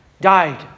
died